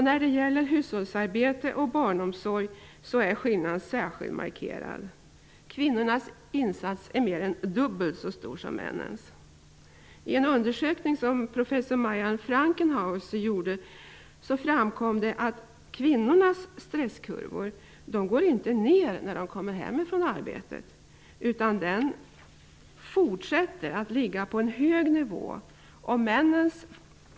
När det gäller hushållsarbete och barnomsorg är skillnaden särskilt markerad -- kvinnornas insats är mer än dubbelt så stor som männens. Frankenhaeuser framkommer att kvinnornas stresskurvor inte går ned när kvinnorna kommer hem från arbetet, utan de ligger kvar på en hög nivå.